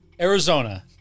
Arizona